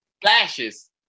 flashes